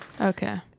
Okay